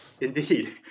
Indeed